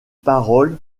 paroles